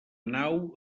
nau